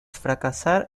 fracasar